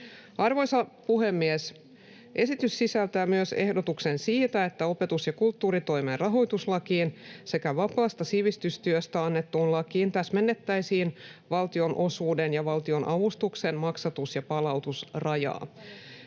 Arvoisa puhemies! Esitys sisältää myös ehdotuksen siitä, että opetus- ja kulttuuritoimen rahoituslakiin sekä vapaasta sivistystyöstä annettuun lakiin täsmennettäisiin valtionosuuden ja valtion avustuksen maksatus- ja palautusrajaa.